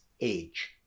age